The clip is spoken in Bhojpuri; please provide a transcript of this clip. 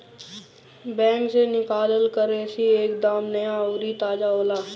बैंक से निकालल करेंसी एक दम नया अउरी ताजा होला